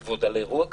ועוד על אירוע כזה?